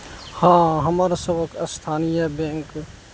हँ हमर सबक स्थानीय बैंक